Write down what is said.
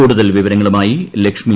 കൂടുതൽ വിവരങ്ങളുമായി ലക്ഷ്മി